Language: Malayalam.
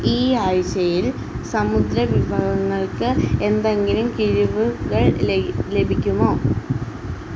ഈ ആഴ്ചയിൽ സമുദ്രവിഭവങ്ങൾക്ക് എന്തെങ്കിലും കിഴിവുകൾ ലഭിക്കുമോ